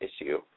issue